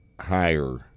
higher